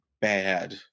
bad